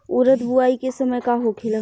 उरद बुआई के समय का होखेला?